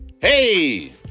Hey